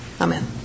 Amen